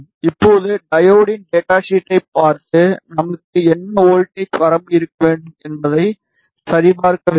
இப்போது டையோடின் டேட்டா ஷீட்டைப் பார்த்து நமக்கு என்ன வோல்ட்டேஜ் வரம்பு இருக்க வேண்டும் என்பதை சரிபார்க்க வேண்டும்